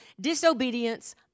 Disobedience